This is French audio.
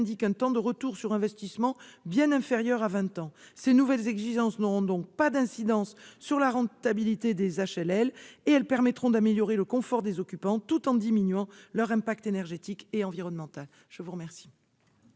indique un temps de retour sur investissement bien inférieur à vingt ans. Ces nouvelles exigences n'auront donc pas d'incidence sur la rentabilité des HLL. Elles permettront d'améliorer le confort des occupants tout en diminuant l'impact énergétique et environnemental de ces